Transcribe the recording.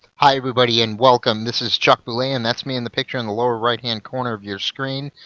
hi, everybody, and welcome. this is chuck boulais, and that's me in the picture in the lower right hand corner of your screen.